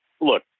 look